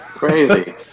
Crazy